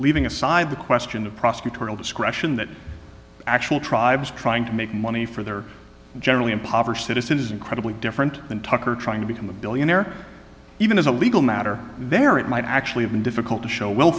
leaving aside the question of prosecutorial discretion that actual tribes trying to make money for their generally impoverished that is citizen credibly different than tucker trying to become a billionaire even as a legal matter there it might actually have been difficult to show will